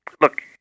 Look